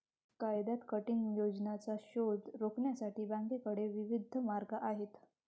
कायद्यात किटिंग योजनांचा शोध रोखण्यासाठी बँकांकडे विविध मार्ग आहेत